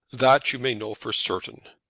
that you may know for certain.